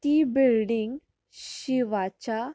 ती बिल्डींग शिवाच्या